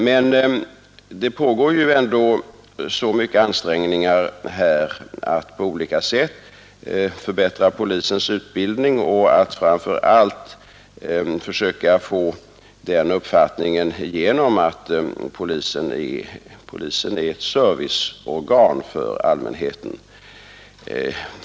Men det pågår ju ändå så stora ansträngningar att på olika sätt förbättra polisens utbildning och att framför allt försöka få igenom den uppfattningen att polisen är ett serviceorgan för allmänheten.